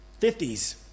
50s